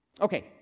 Okay